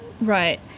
Right